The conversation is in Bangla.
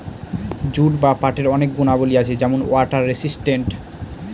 জুট বা পাটের অনেক গুণাবলী আছে যেমন ওয়াটার রেসিস্টেন্ট